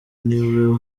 niwe